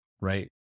right